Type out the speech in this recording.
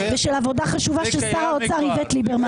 ושל עבודה חשובה של שר האוצר איווט ליברמן.